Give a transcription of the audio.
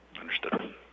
Understood